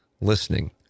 listening